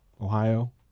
Ohio